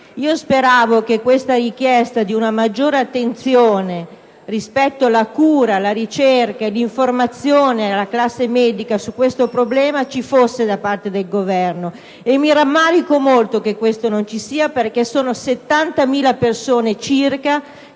Speravo che la richiesta di una maggiore attenzione rispetto alla cura, alla ricerca, all'informazione della classe medica su questo problema potesse essere accettata dal Governo e mi rammarico molto che questo non sia avvenuto. Circa 70.000 persone